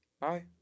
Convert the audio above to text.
Bye